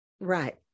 Right